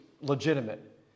legitimate